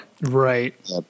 Right